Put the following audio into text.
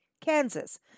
Kansas